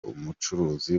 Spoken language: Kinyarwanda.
umucuruzi